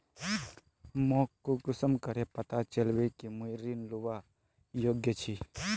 मोक कुंसम करे पता चलबे कि मुई ऋण लुबार योग्य छी?